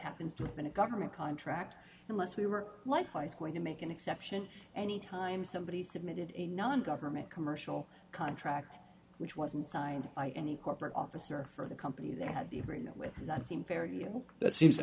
happens to have been a government contract unless we were likewise going to make an exception any time somebody submitted a non government commercial contract which wasn't signed by any corporate officer for the company they had the agreement with does that seem fair you know that seems